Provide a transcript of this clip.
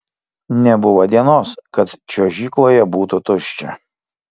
nebuvo dienos kad čiuožykloje būtų tuščia